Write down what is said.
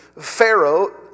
Pharaoh